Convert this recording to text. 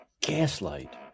gaslight